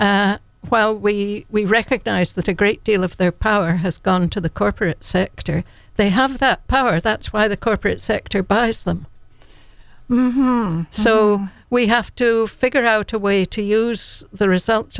while we recognize that a great deal of their power has gone to the corporate sector they have the power that's why the corporate sector bust them so we have to figure out a way to use the results